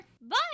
Bye